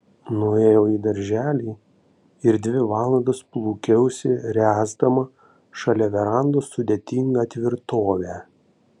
nuėjau į darželį ir dvi valandas plūkiausi ręsdama šalia verandos sudėtingą tvirtovę